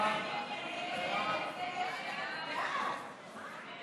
לוועדה את הצעת חוק חובת